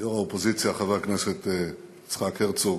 יו"ר האופוזיציה חבר הכנסת יצחק הרצוג,